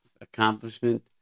accomplishment